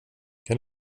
kan